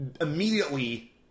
immediately